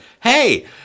Hey